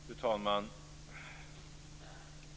Fru talman!